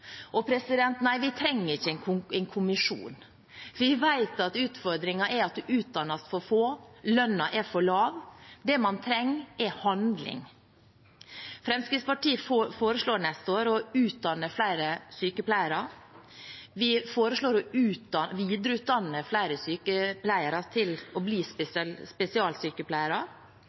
Og nei, vi trenger ikke en kommisjon. Vi vet at utfordringen er at vi utdanner for få, lønnen er for lav. Det man trenger, er handling. Fremskrittspartiet foreslår neste år å utdanne flere sykepleiere. Vi foreslår å videreutdanne flere sykepleiere til å bli spesialsykepleiere,